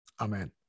Amen